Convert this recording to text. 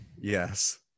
yes